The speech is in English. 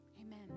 Amen